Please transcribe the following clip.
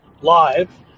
live